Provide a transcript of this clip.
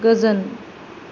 गोजोन